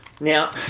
now